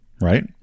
right